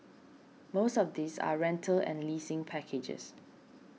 most of these are rental and leasing packages